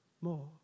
more